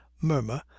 murmur